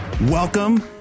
Welcome